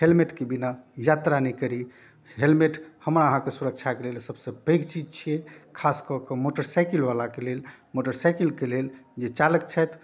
हेलमेटके बिना यात्रा नहि करी हेलमेट हमरा अहाँके सुरक्षाके लेल सबसँ पैघ चीज छिए खासकऽ कऽ मोटरसाइकिलवलाके लेल मोटरसाइकिलके लेल जे चालक छथि